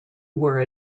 were